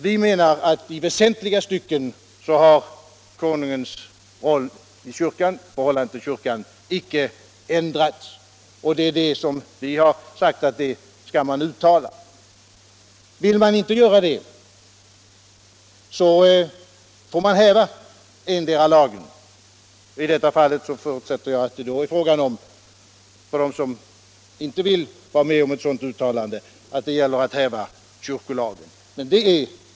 Vi menar att konungens roll i förhållande till kyrkan icke har ändrats i väsentliga stycken, och vi har ansett att detta bör uttalas. Vill man inte göra det, får man häva endera lagen. I detta fall förutsätter jag att det är fråga om — för dem som inte vill vara med om ett sådant uttalande — att häva kyrkolagen.